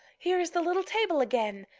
here is the little table again!